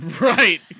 Right